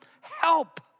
help